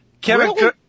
Kevin